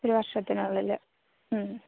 ഒരു വർഷത്തിനുള്ളില് മ്